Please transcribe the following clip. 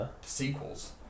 sequels